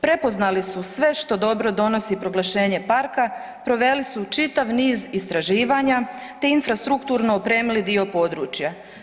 Prepoznali su sve što dobro donosi proglašenje parka, proveli su čitav niz istraživanja te infrastrukturno opremili dio područja.